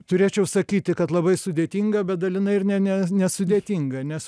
turėčiau sakyti kad labai sudėtinga bet dalinai ir ne ne nesudėtinga nes